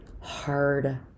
hard